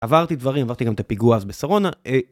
עברתי דברים, עברתי גם את הפיגוע אז בשרונה